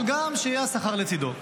אבל גם שיהיה שכר לצידו.